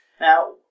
Now